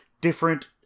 different